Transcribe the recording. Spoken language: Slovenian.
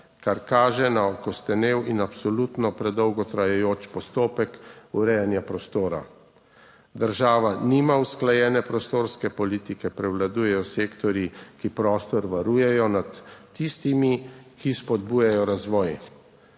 kar kaže na okostenel in absolutno predolgo trajajoč postopek urejanja prostora. Država nima usklajene prostorske politike, prevladujejo sektorji, ki prostor varujejo, nad tistimi, ki spodbujajo razvoj.